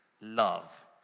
love